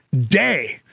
day